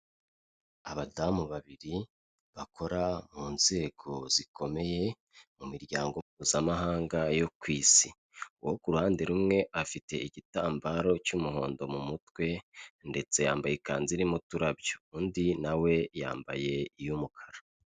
Abadamu babiri bakora mu nzego zikomeye mu miryango mpuzamahanga yo ku Isi, uwo ku ruhande rumwe afite igitambaro cy'umuhondo mu mutwe ndetse yambaye ikanzu irimo uturabyo undi na we yambaye iy'umukara.